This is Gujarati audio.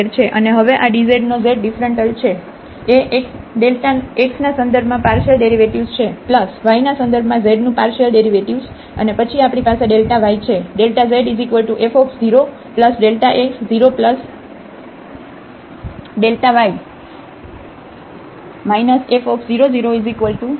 અને હવે આ dzનો z ડિફરન્ટલ એ x xના સંદર્ભમાં પાર્શિયલ ડેરિવેટિવ્ઝ છે y ના સંદર્ભમાં zનું પાર્શિયલ ડેરિવેટિવ્ઝ અને પછી આપણી પાસેyછે